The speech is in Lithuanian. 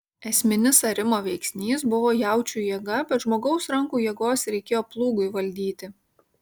esminis arimo veiksnys buvo jaučių jėga bet žmogaus rankų jėgos reikėjo plūgui valdyti